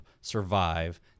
survive